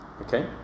Okay